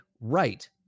right